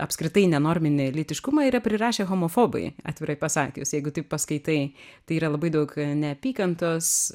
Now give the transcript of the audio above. apskritai nenorminį lytiškumą yra prirašę homofobai atvirai pasakius jeigu taip paskaitai tai yra labai daug neapykantos